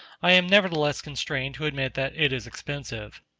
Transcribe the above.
i am nevertheless constrained to admit that it is expensive.